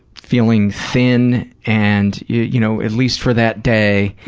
feeling thin and, you know at least for that day,